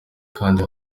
kanda